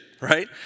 right